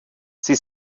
sie